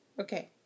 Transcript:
Okay